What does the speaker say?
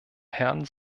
herrn